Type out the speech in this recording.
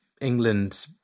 England